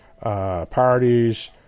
Parties